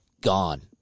gone